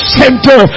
center